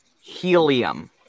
Helium